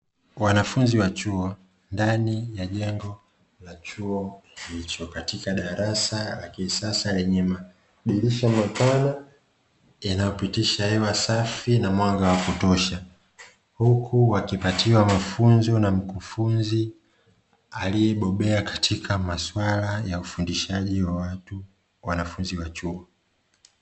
Wanafunzi wa chuo ndani ya jengo la chuo hicho katika darasa lakini sasa lenyewe dirisha mapana yanayopitisha hewa safi na mwanga wa kutosha, huku wakipatiwa mafunzo na mkufunzi alibobea katika maswala ya ufundishaji wa watu wanafunzi wa chuo.